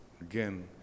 Again